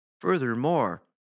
Furthermore